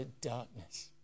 darkness